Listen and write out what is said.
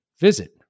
Visit